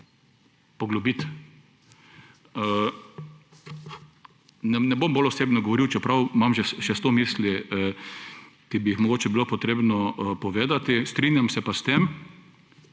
poglobiti. Ne bom bolj osebno govoril, čeprav imam še sto misli, ki bi jih mogoče bilo potrebno povedati. Strinjam se pa s tem: